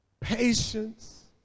patience